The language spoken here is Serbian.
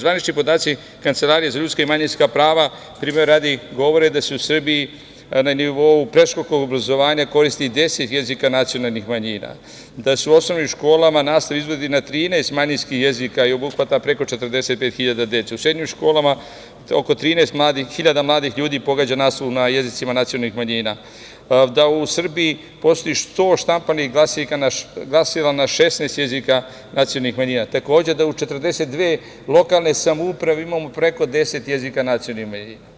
Zvanični podaci Kancelarije za ljudska i manjinska prava, primera radi, govore da se u Srbiji na nivou predškolskog obrazovanja koristi deset jezika nacionalnih manjina, da se u osnovnim školama nastava izvodi na 13 manjinskih jezika i obuhvata preko 45.000 dece, u srednjim školama oko 13.000 mladih ljudi pohađa nastavu na jezicima nacionalnih manjina, da u Srbiji postoji 100 štampanih glasila na 16 jezika nacionalnih jezika, takođe da u 42 lokalne samouprave imamo preko 10 jezika nacionalnih manjina.